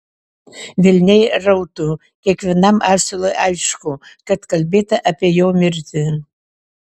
velniai rautų kiekvienam asilui aišku kad kalbėta apie jo mirtį